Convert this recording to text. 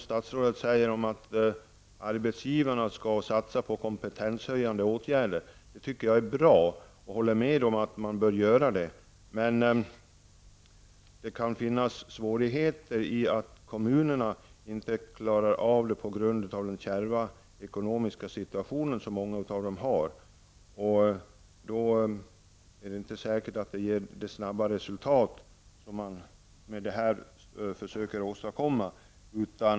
Statsrådet säger att arbetsgivarna skall satsa på kompetenshöjande åtgärder. Det tycker jag är bra. Jag håller med om att detta bör göras, men det kan finnas svårigheter om kommunerna inte klarar av det på grund av den kärva ekonomiska situation som de befinner sig i. Då är det inte säkert att det ger det snabba resultat som man försöker åstadkomma.